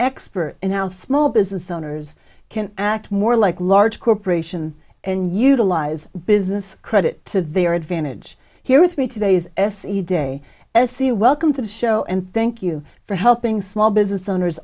expert in our small business owners can act more like large corporation and utilize business credit to their advantage here with me today is se de se welcome to the show and thank you for helping small business owners